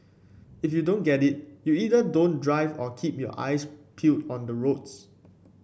if you don't get it you either don't drive or keep your eyes peeled on the roads